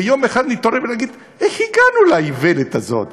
ויום אחד נתעורר ונגיד: איך הגענו לאיוולת הזאת?